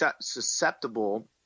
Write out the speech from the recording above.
susceptible